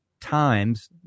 times